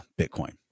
Bitcoin